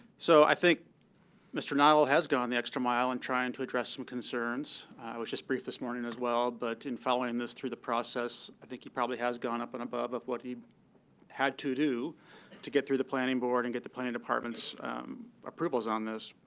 so i think mr. noddle has gone the extra mile in trying to address some concerns. i was just briefed this morning, as well. but in following this through the process, i think he probably has gone up and above what he had to do to get through the planning board and get the planning department's approvals on this.